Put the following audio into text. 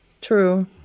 True